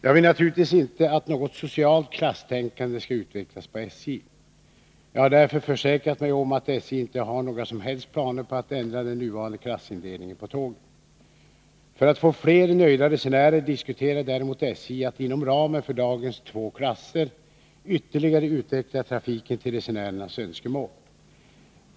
Jag vill naturligtvis inte att något socialt klasstänkande skall utvecklas på SJ. Jag har därför försäkrat mig om att SJ inte har några som helst planer på att ändra den nuvarande klassindelningen på tågen. För att få fler nöjda resenärer diskuterar däremot SJ att inom ramen för dagens två klasser ytterligare utveckla trafiken till resenärernas önskemål.